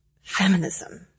feminism